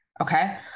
Okay